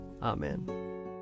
Amen